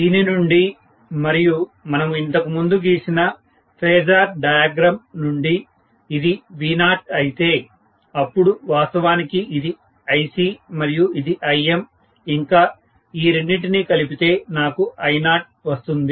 దీనినుండి మరియు మనము ఇంతకు ముందు గీసిన ఫేజార్ డయాగ్రమ్ నుంచి ఇది V0 అయితే అపుడు వాస్తవానికి ఇది IC మరియు ఇది Im ఇంకా ఈ రెండింటినీ కలిపితే నాకు I0 వస్తుంది